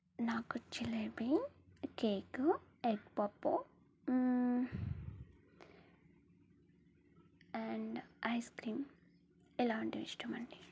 నాకు jalebi cake egg puff and ice cream ఇలాంటివి ఇష్టమండి